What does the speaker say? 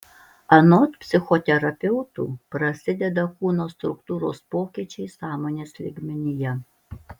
anot psichoterapeutų prasideda kūno struktūros pokyčiai sąmonės lygmenyje